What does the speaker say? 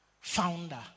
founder